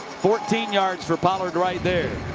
fourteen yards for pollard right there.